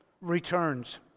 returns